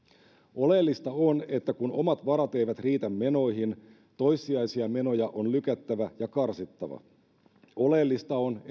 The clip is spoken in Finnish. oleellista on että kun omat varat eivät riitä menoihin toissijaisia menoja on lykättävä ja karsittava oleellista on